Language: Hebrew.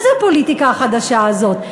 מה זו הפוליטיקה החדשה הזאת?